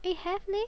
eh have leh